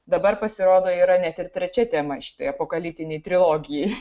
dabar pasirodo yra net ir trečia tema šitoj apokaliptinėj trilogijoj